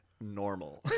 normal